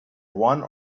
one